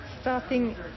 Starting